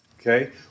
Okay